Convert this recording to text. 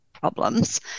problems